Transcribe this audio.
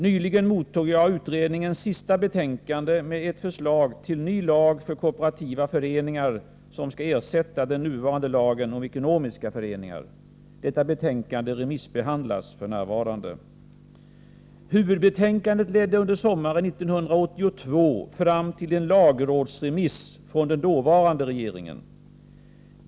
Nyligen mottog jag utredningens sista betänkande med ett förslag till ny lag för kooperativa föreningar, som skall ersätta den nuvarande lagen om ekonomiska föreningar. Detta betänkande remissbehandlas f.n. Huvudbetänkandet ledde under sommaren 1982 fram till en lagrådsremiss från den dåvarande regeringen.